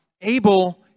Abel